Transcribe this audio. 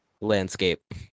landscape